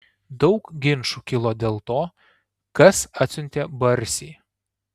daug ginčų kilo dėl to kas atsiuntė barsį